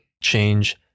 change